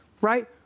Right